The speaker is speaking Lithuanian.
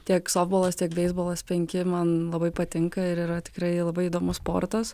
tiek softbolas tiek beisbolas penki man labai patinka ir yra tikrai labai įdomus sportas